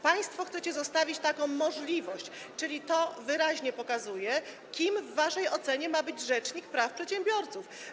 Państwo chcecie zostawić taką możliwość, czyli to wyraźnie pokazuje, kim w waszej ocenie ma być rzecznik praw przedsiębiorców.